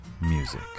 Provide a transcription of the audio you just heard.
music